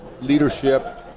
leadership